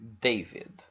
david